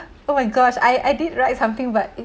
oh my gosh I I did write something but